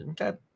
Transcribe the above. Okay